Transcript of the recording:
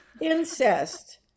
incest